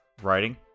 writing